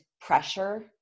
pressure